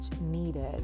needed